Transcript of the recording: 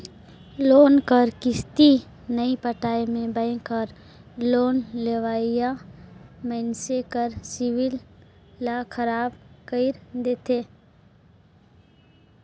loan कर किस्ती नी पटाए में बेंक हर लोन लेवइया मइनसे कर सिविल ल खराब कइर देथे